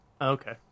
Okay